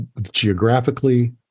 Geographically